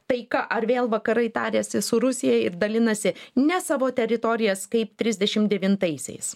taika ar vėl vakarai tariasi su rusija ir dalinasi ne savo teritorijas kaip trisdešim devintaisiais